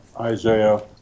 Isaiah